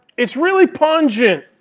it's really pungent.